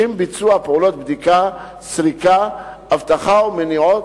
לשם ביצוע פעולות בדיקה, סריקה, אבטחה ומניעה,